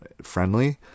Friendly